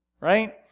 right